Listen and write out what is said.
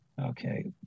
Okay